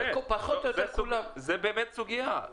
זו באמת סוגיה.